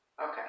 Okay